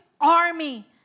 army